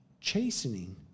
Chastening